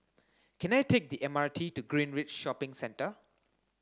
can I take the M R T to Greenridge Shopping Centre